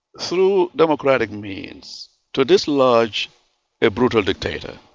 through democratic means, to dislodge a brutal dictator.